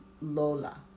Lola